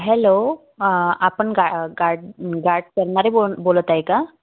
hello आपण गा गाड गाड सलमारे बोल बोलत आहे का